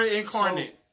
incarnate